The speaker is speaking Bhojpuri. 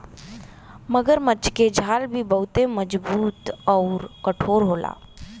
मगरमच्छ के छाल भी बहुते मजबूत आउर कठोर होला